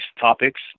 topics